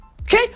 Okay